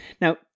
Now